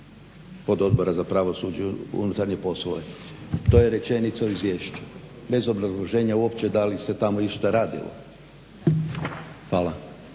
pododbora za pravosuđe, unutarnje poslove. To je rečenica u izvješću bez obrazloženja uopće da li se tamo išta radilo. Hvala.